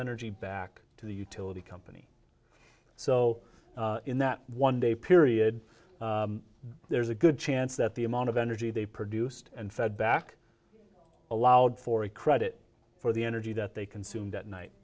energy back to the utility company so in that one day period there's a good chance that the amount of energy they produced and fed back allowed for a credit for the energy that they consumed at night